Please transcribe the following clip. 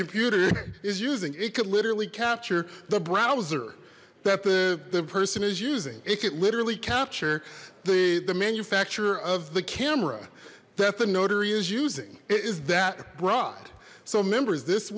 computer is using it could literally capture the browser that the the person is using it could literally capture the the manufacturer of the camera that the notary is using it is that broad so members this